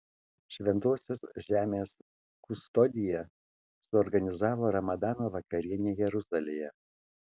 šventosios žemės kustodija suorganizavo ramadano vakarienę jeruzalėje